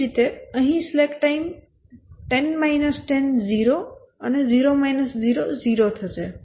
એ જ રીતે અહીં સ્લેક ટાઇમ 10 10 0 અને 0 0 0 થશે